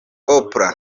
oprah